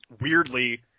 weirdly